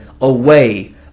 away